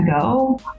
go